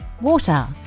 water